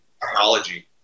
technology